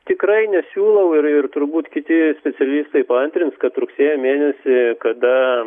tikrai nesiūlau ir ir turbūt kiti specialistai paantrins kad rugsėjo mėnesį kada